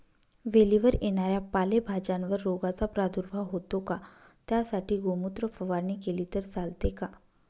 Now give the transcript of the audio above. वेलीवर येणाऱ्या पालेभाज्यांवर रोगाचा प्रादुर्भाव होतो का? त्यासाठी गोमूत्र फवारणी केली तर चालते का?